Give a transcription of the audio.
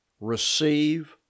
Receive